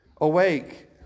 Awake